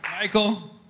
Michael